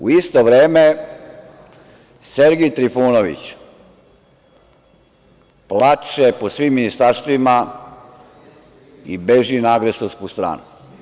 U isto vreme, Sergej Trifunović plače po svim ministarstvima i beži na agresorsku stranu.